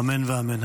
אמן ואמן.